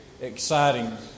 exciting